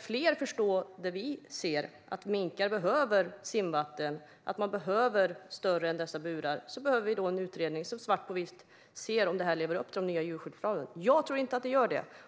fler ska förstå det som vi vet, att minkar behöver vatten att simma i och att de behöver större burar, behöver vi en utredning som svart på vitt tar reda på om det som nu gäller lever upp till de nya djurskyddskraven. Jag tror inte att det gör det.